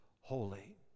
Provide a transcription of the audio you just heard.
holy